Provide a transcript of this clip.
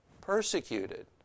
persecuted